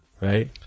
Right